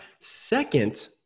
Second